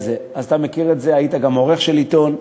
אתה מכיר את זה, היית גם עורך של עיתון,